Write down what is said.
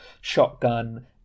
shotgun